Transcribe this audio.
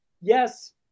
yes